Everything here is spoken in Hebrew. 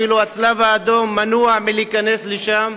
אפילו הצלב-האדום מנוע מלהיכנס לשם.